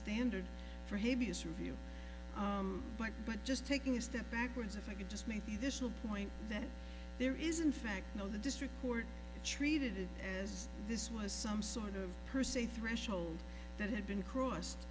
standard for heaviest review but but just taking a step backwards if i could just maybe this will point that there isn't fact you know the district court treated it as this was some sort of per se threshold that had been crossed